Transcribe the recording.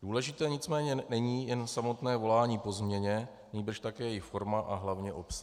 Důležité nicméně není jen samotné volání po změně, nýbrž také jejich forma a hlavně obsah.